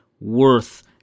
worth –